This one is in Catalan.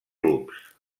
clubs